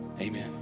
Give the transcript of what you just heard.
Amen